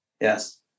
Yes